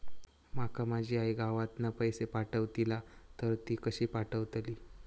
माका माझी आई गावातना पैसे पाठवतीला तर ती कशी पाठवतली?